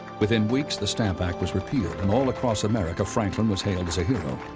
within weeks, the stamp act was repealed, and all across america franklin was hailed as a hero.